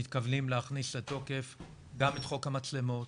מתכוונים להכניס לתוקף גם את חוק המצלמות